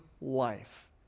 life